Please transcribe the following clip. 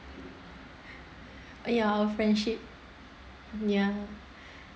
ya friendship ya